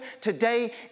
today